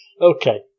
Okay